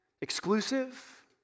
exclusive